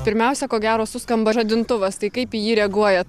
pirmiausia ko gero suskamba žadintuvas tai kaip į jį reaguojat